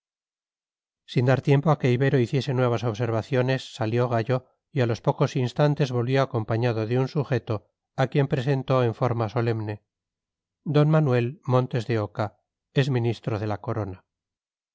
sin dar tiempo a que ibero hiciese nuevas observaciones salió gallo y a los pocos instantes volvió acompañado de un sujeto a quien presentó en forma solemne d manuel montes de oca ex ministro de la corona